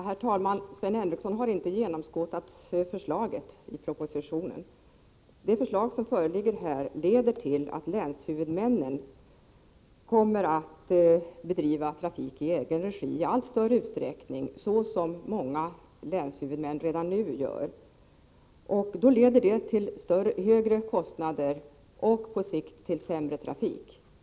Herr talman! Sven Henricsson har inte genomskådat förslaget i propositionen. Det förslag som här föreligger leder till att länshuvudmännen kommer att bedriva trafik i egenregi i allt större utsträckning, såsom många länshuvudmän redan nu gör. Det leder till högre kostnader och, på sikt, till sämre trafik.